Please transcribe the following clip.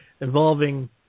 involving